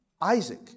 Isaac